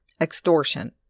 Extortion